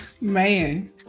man